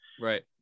right